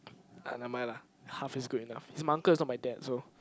I never mind lah half is good enough he's my uncle he's not my dad so